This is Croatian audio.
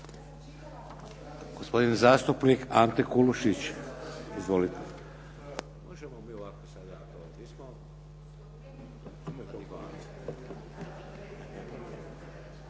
Gospodin zastupnik Ante Kulušić. Izvolite.